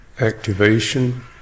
activation